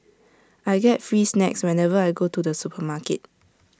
I get free snacks whenever I go to the supermarket